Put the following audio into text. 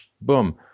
boom